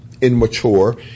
immature